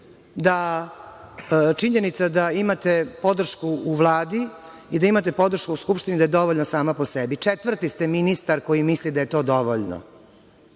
da činjenica da imate podršku u Vladi i da imate podršku u Skupštini da je dovoljna sama po sebi. Četvrti ste ministar koji misli da je to dovoljno.